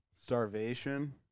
Starvation